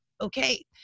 okay